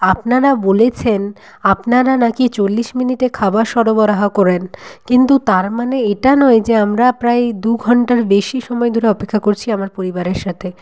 আপনারা বলেছেন আপনারা নাকি চল্লিশ মিনিটে খাবার সরবরাহ করেন কিন্তু তার মানে এটা নয় যে আমরা প্রায় দু ঘন্টার বেশি সময় ধরে অপেক্ষা করছি আমার পরিবারের সাথে